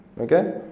Okay